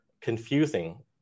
confusing